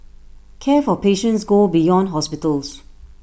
care for patients go beyond hospitals